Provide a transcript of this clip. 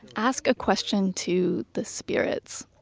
ask a question to the spirits.